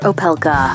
Opelka